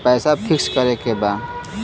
पैसा पिक्स करके बा?